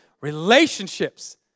relationships